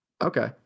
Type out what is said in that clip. okay